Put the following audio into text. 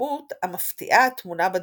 המשמעות המפתיעה הטמונה בדברים.